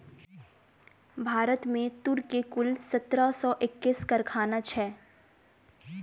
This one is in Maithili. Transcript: भारत में तूर के कुल सत्रह सौ एक्कैस कारखाना छै